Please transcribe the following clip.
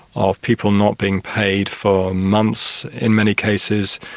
of people not being paid for months in many cases,